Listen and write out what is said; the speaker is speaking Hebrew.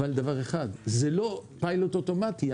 אבל דבר אחד, זה לא פיילוט אוטומטי.